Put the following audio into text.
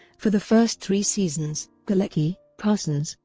for the first three seasons, galecki, parsons,